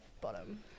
bottom